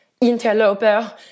Interloper